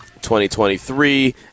2023